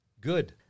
Good